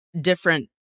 different